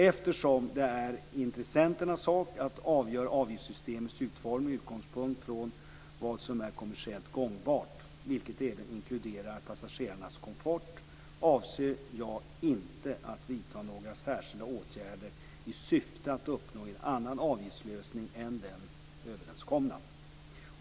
Eftersom det är intressenternas sak att avgöra avgiftssystemets utformning med utgångspunkt från vad som är kommersiellt gångbart, vilket även inkluderar passagerarnas komfort, avser jag inte att vidta några särskilda åtgärder i syfte att uppnå en annan avgiftslösning än den överenskomna.